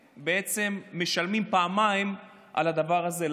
ומשלמים פעמיים על הדבר הזה.